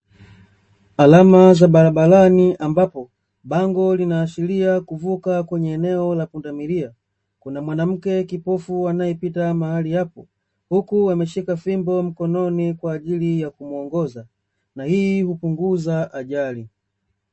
Alama za barabarani ambapo bango linaashiria kuvuka kwenye eneo la pundamilia. Kuna mwanamke kipofu anayepita mahali hapo, huku ameshika fimbo mkononi kwa ajili ya kumuongoza; na hii hupunguza ajali.